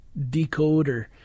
Decoder